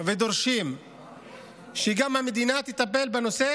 ודורשים שגם המדינה תטפל בנושא